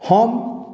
हम